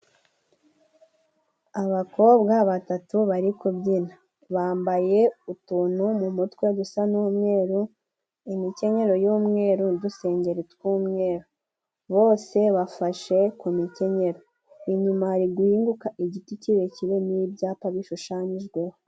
Abakobwa batatu bari kubyina bambaye utuntu mu mutwe dusa n'umweru, imikenyero y'umweru nudusengeri twumweru bose bafashe kumikenyero, inyuma hari guhinguka igiti kirekire n'i ibyapa bishushanyijweho.